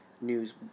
news